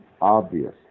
obvious